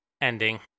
ending